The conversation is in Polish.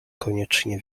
koniecznie